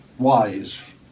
wise